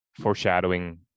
foreshadowing